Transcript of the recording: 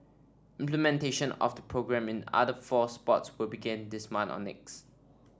implementation of the programme in other four sports will begin this month or next